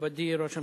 מכובדי ראש הממשלה,